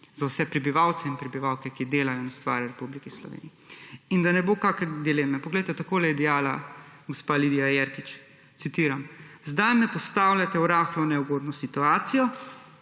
za vse prebivalce in prebivalke, ki delajo in ustvarjajo v Republiki Sloveniji. In da ne bo kake dileme. Poglejte, takole je dejala gospa Lidija Jerkič, citiram: »Zdaj me postavljate v rahlo neugodno situacijo,